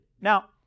Now